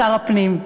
שר הפנים,